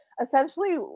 essentially